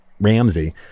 Ramsey